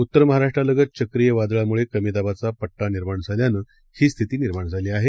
उत्तर महाराष्ट्रालगत चक्रीय वादळामुळे कमी दाबाचा पट्टा निर्माण झाल्यानं ही स्थिती निर्माण झाली आहे